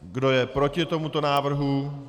Kdo je proti tomuto návrhu?